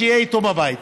שיהיה איתו בבית,